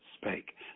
spake